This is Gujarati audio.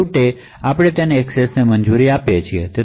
અને છેવટે આપણે એક્સેસની મંજૂરી આપીએ છીએ